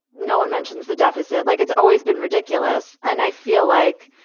no one mentions the deficit like it's always been ridiculous. and i feel like.